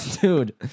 dude